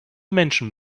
menschen